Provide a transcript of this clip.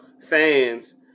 fans